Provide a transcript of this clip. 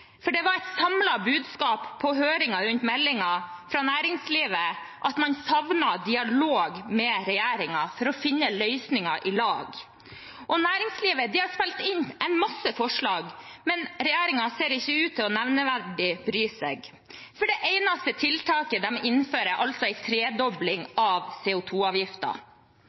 for det var et samlet budskap fra næringslivet fra høringen rundt meldingen at man savnet dialog med regjeringen for å finne løsninger i lag. Næringslivet har spilt inn en masse forslag, men regjeringen ser ikke ut til å bry seg nevneverdig, for det eneste tiltaket de innfører, er altså en tredobling av